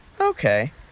Okay